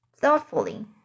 thoughtfully